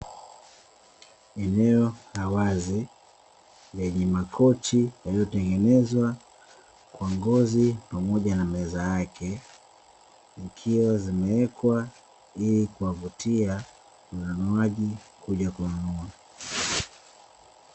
Eneo la wazi lenye makochi yaliyotengenezwa kwa ngozi pamoja na meza yake, zikiwa zimewekwa ili kuwavutia wanunuaji kuja kununua.